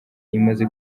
imaze